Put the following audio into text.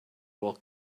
will